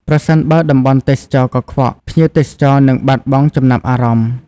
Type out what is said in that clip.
ប្រសិនបើតំបន់ទេសចរណ៍កខ្វក់ ភ្ញៀវទេសចរនឹងបាត់បង់ចំណាប់អារម្មណ៍។